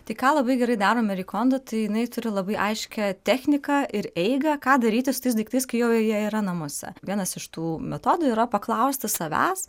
tai ką labai gerai daro meri konda tai jinai turi labai aiškią techniką ir eigą ką daryti su tais daiktais kai jau jie yra namuose vienas iš tų metodų yra paklausti savęs